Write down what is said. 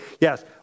Yes